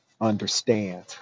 understand